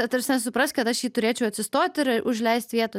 ta prasme suprask kad aš jį turėčiau atsistot ir užleist vietą